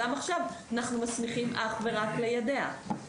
גם עכשיו אנחנו מסמיכים אך ורק ליידע.